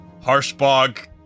Harshbog